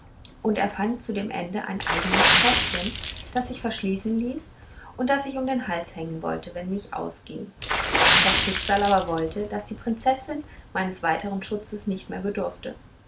und erfand zu dem ende ein eigenes täschchen das sich verschließen ließ und das ich um den hals hängen wollte wenn ich ausging das schicksal aber wollte daß die prinzessin meines weiteren schutzes nicht mehr bedurfte